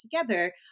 together